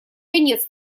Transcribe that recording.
конец